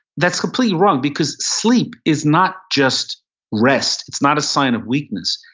that's completely wrong because sleep is not just rest. it's not a sign of weakness.